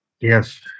Yes